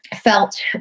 felt